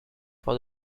for